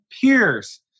peers